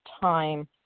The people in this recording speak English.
time